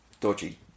dodgy